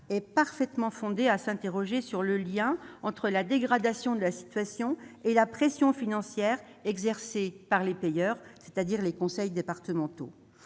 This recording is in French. est parfaitement fondé à s'interroger sur le lien entre la dégradation de la situation et la pression financière exercée par les payeurs, c'est-à-dire les conseils départementaux.